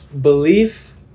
belief